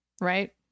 right